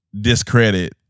discredit